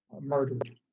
murdered